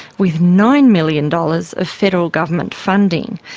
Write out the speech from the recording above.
with nine million dollars of federal government funding.